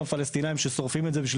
יש שם פלסטינים ששורפים את זה בשביל